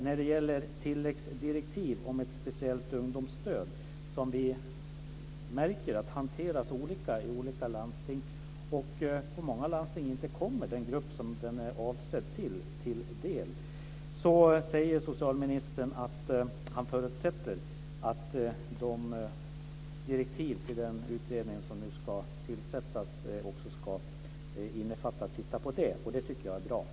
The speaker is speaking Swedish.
När det gäller tilläggsdirektiv om ett speciellt ungdomsstöd kan jag säga att vi märker att det hanteras olika i olika landsting och att det i många landsting inte kommer den grupp som det är avsett för till del. Socialministern säger att han förutsätter att direktiven till den utredning som nu ska tillsättas också ska innefatta att man tittar på det. Det tycker jag är bra.